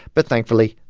but, thankfully,